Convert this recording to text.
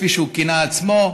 כפי שהוא כינה את עצמו,